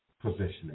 positioning